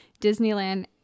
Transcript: Disneyland